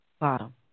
Bottom